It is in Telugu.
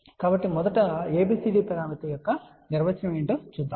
కాబట్టి మొదట ABCD పరామితి యొక్క నిర్వచనం ఏమిటో చూద్దాం